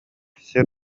сир